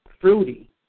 Fruity